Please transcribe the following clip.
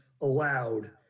allowed